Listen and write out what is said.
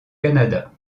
canada